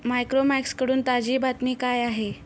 मायक्रोमॅक्सकडून ताजी बातमी काय आहे